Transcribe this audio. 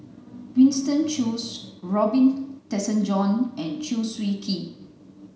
Winston Choos Robin Tessensohn and Chew Swee Kee